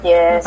Yes